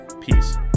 Peace